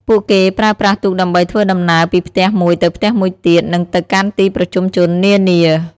ពួកគេប្រើប្រាស់ទូកដើម្បីធ្វើដំណើរពីផ្ទះមួយទៅផ្ទះមួយទៀត និងទៅកាន់ទីប្រជុំជននានា។